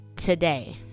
today